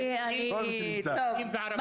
יהודים וערבים.